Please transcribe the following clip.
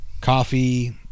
coffee